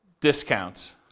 discounts